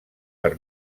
per